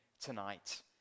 tonight